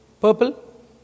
purple